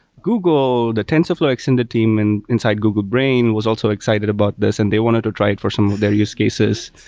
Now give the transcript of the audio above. google, the tensorflow extended. team and inside google brain was also excited about this and they wanted to try it for some of their use cases.